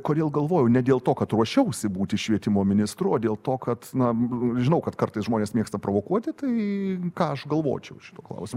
kodėl galvojau ne dėl to kad ruošiausi būti švietimo ministru o dėl to kad na žinau kad kartais žmonės mėgsta provokuoti tai ką aš galvočiau šituo klausimu